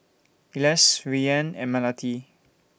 Elyas Rayyan and Melati